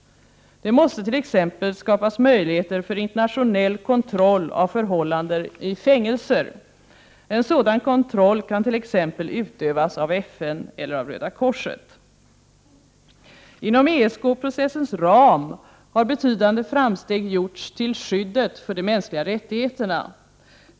Det måste bl.a. skapas möjligheter för internationell kontroll av förhållanden i fängelser. En sådan kontroll kan t.ex. utövas av FN eller Röda korset. Inom ESK-processens ram har betydande framsteg gjorts beträffande skyddet för de mänskliga rättigheterna.